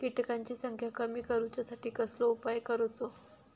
किटकांची संख्या कमी करुच्यासाठी कसलो उपाय करूचो?